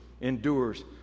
endures